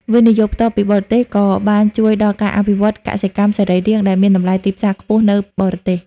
វិនិយោគផ្ទាល់ពីបរទេស ក៏បានជួយដល់ការអភិវឌ្ឍ "កសិកម្មសរីរាង្គ" ដែលមានតម្លៃទីផ្សារខ្ពស់នៅបរទេស។